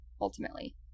ultimately